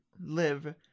live